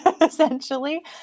essentially